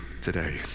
today